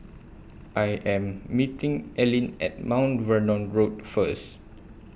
I Am meeting Ellyn At Mount Vernon Road First